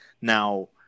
now